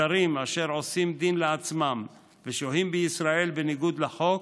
זרים אשר עושים דין לעצמם ושוהים בישראל בניגוד לחוק,